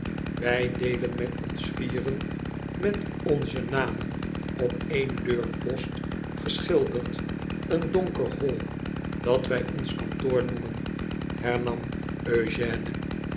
wij deelen met ons vieren met onze namen op één deurpost geschilderd een donker hol dat wij ons kantoor noemen hernam